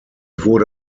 wurde